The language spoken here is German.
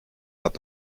hat